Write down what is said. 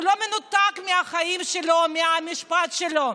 הוא לא מנותק מהחיים שלו, מהמשפט שלו.